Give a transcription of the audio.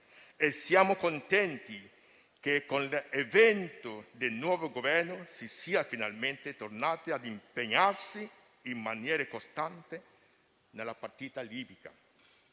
Siamo contenti che con l'avvento del nuovo Governo si sia finalmente tornati ad impegnarsi in maniera costante nella partita libica.